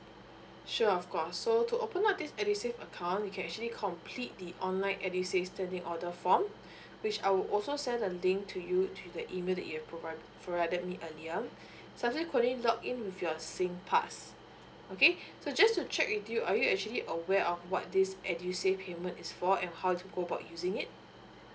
sure of course so to open up this edusave account you can actually complete the online edusave order form which I will also send the link to you through the email that you provided me earlier log in with your singpass okay so just to check with you are you actually aware of what this edusave payment is for and how to go about using it